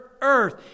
earth